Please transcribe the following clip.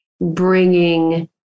bringing